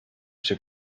się